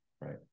right